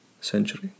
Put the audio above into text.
century